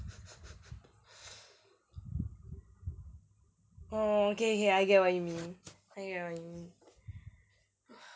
orh okay okay I get what you mean I get what you mean